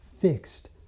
fixed